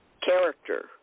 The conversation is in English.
character